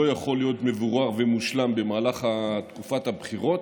יכול להיות מבורר ומושלם במהלך תקופת הבחירות,